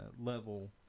level